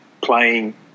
playing